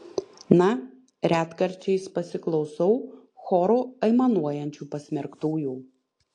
na retkarčiais pasiklausau choru aimanuojančių pasmerktųjų